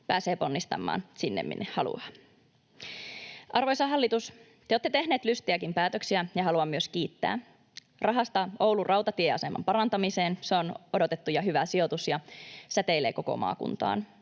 pääsee ponnistamaan sinne, minne haluaa. Arvoisa hallitus, te olette tehneet lystejäkin päätöksiä, ja haluan myös kiittää rahasta Oulun rautatieaseman parantamiseen. Se on odotettu ja hyvä sijoitus ja säteilee koko maakuntaan.